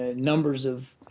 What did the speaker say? ah numbers of